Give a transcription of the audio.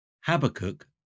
Habakkuk